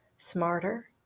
smarter